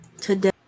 today